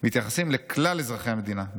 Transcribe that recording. מתייחסים לכלל אזרחי המדינה,